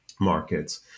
markets